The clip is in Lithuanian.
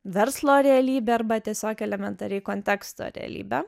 verslo realybe arba tiesiog elementariai konteksto realybe